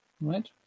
Right